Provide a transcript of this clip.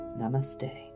Namaste